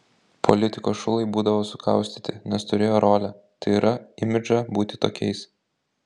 politikos šulai būdavo sukaustyti nes turėjo rolę tai yra imidžą būti tokiais